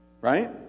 right